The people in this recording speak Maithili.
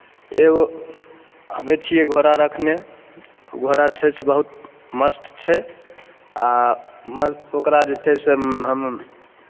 एगो हमे छियै घोड़ा रखने घोड़ा छै से बहुत मस्त छै आ मस्त ओकरा जे छै से हम